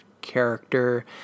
character